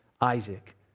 Isaac